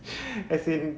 as in